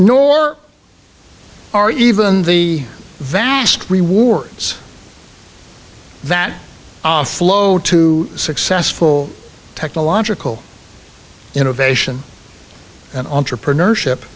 nor are even the vast rewards that flow to successful technological innovation and entrepreneurship